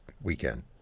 weekend